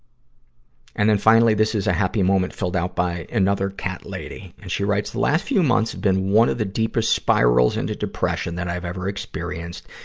and then, finally, this is a happy moment filled out by another cat lady. and she writes, the last few months have been one of the deepest spirals into depression that i've ever experienced,